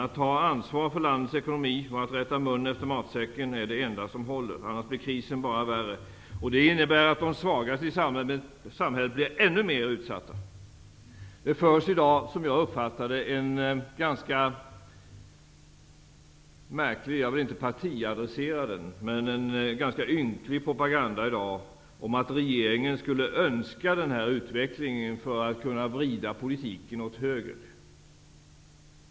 Att ta ansvar för landets ekonomi och att rätta mun efter matsäcken är det enda som håller, annars blir krisen bara värre. Det innebär att de svagaste i samhället blir ännu mer utsatta. Det för i dag, som jag uppfattar det, en ganska märklig och ynklig propaganda -- jag vill inte partiadressera den -- om att regeringen skulle önska denna utveckling för att kunna vrida politiken åt höger.